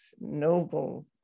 noble